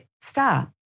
Stop